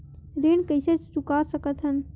ऋण कइसे चुका सकत हन?